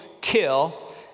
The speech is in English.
kill